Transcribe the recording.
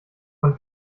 von